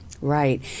Right